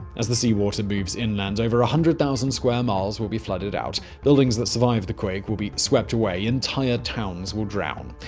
as the seawater moves inland, over one ah hundred thousand square miles will be flooded out. buildings that survived the quake will be swept away. entire towns will drown.